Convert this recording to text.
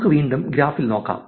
നമുക്ക് വീണ്ടും ഗ്രാഫിൽ നോക്കാം